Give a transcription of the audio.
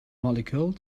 molecule